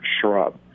shrub